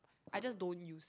I just don't use